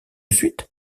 suite